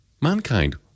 Mankind